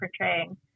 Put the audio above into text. portraying